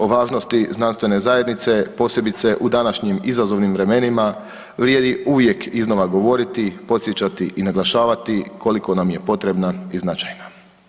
O važnosti znanstvene zajednice, posebice u današnjim izazovnim vremenima, vrijedi uvijek iznova govoriti, podsjećati i naglašavati koliko nam je potrebna i značajna.